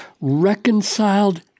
reconciled